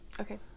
Okay